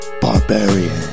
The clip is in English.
Barbarian